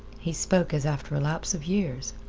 he spoke as after a lapse of years.